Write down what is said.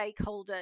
stakeholders